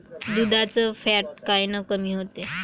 दुधाचं फॅट कायनं कमी होते?